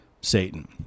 Satan